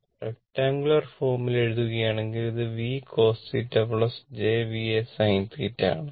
rectangular ഫോമിൽ എഴുതുകയാണെങ്കിൽ അത് v cos θ j Vs θ ആണ്